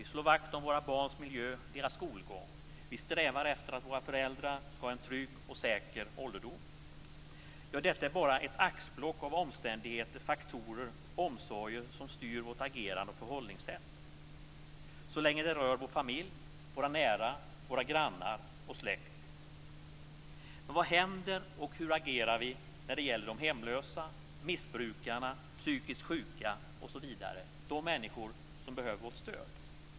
Vi slår vakt om våra barns miljö och deras skolgång. Vi strävar efter att våra föräldrar skall ha en trygg och säker ålderdom. Ja, detta är bara ett axplock av omständigheter, faktorer, omsorger som styr vårt agerande och förhållningssätt - så länge det rör vår familj, våra nära, grannar och släkt osv. Men vad händer och hur agerar vi när det gäller de hemlösa, missbrukarna, psykiskt sjuka osv., de människor som behöver vårt stöd?